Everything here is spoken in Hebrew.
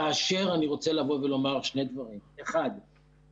כאשר אני רוצה לבוא ולומר שני דברים: כמובן